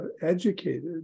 educated